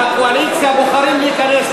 לקואליציה בוחרים להיכנס.